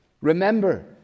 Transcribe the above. remember